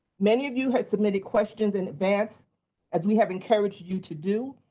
many of you have submitted questions in advance as we have encouraged you to do.